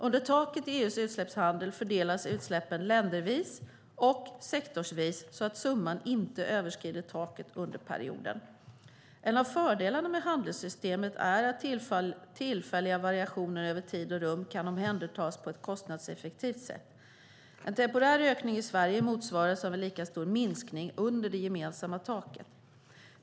Under taket i EU:s utsläppshandel fördelas utsläppen ländervis och sektorsvis så att summan inte överskrider taket under perioden. En av fördelarna med handelssystemet är att tillfälliga variationer över tid och rum kan omhändertas på ett kostnadseffektivt sätt. En temporär ökning i Sverige motsvaras av en lika stor minskning under det gemensamma taket.